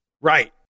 Right